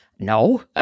No